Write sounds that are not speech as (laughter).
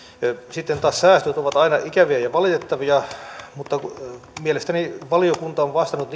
sitten taas säästöt ovat aina ikäviä ja valitettavia mutta mielestäni valiokunta on vastannut (unintelligible)